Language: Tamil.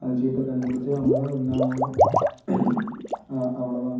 அந்த சீட்டை கண்டுபிடித்து அவங்க தான் வின் ஆவாங்க ஆ அவ்வளோ தான்